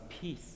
peace